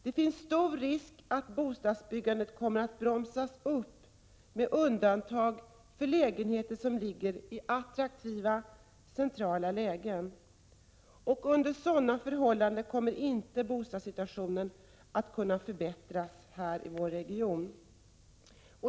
Det finns stor risk att bostadsbyggandet kommer att bromsas upp med undantag för lägenheter som ligger i attraktiva, centrala lägen. Under sådana förhållanden kommer bostadssituationen inte att kunna förbättras i vår region.